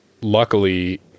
luckily